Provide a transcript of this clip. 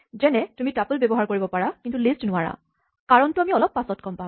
যেনে তুমি টাপল্ ব্যৱহাৰ কৰিব পাৰিবা কিন্তু লিষ্ট নোৱাৰা কাৰণটো আমি অলপ পাচত গম পাম